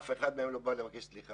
אף אחד מהם לא בא לבקש סליחה.